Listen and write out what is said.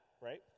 Right